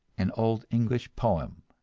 an old english poem!